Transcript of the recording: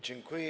Dziękuję.